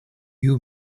you